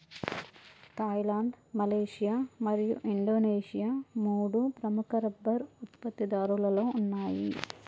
Thailand, Malaysia మరియు Indonesia మూడు ప్రముఖ రబ్బరు ఉత్పత్తిదారులలో ఉన్నాయి